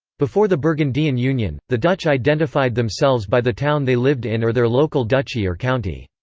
before the burgundian union, the dutch identified themselves by the town they lived in or their local duchy or county.